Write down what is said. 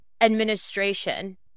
administration